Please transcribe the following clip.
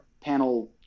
panel